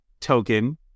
token